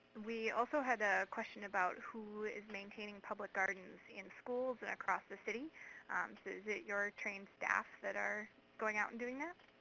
we also had a question about who is maintaining public gardens in schools and across the city? so and is it your trained staff that are going out and doing that?